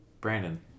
brandon